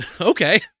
Okay